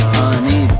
honey